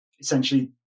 essentially